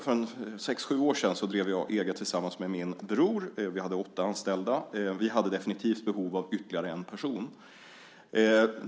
För sex sju år sedan drev jag eget tillsammans med min bror. Vi hade åtta anställda. Vi hade definitivt behov av ytterligare en person.